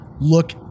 look